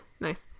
Nice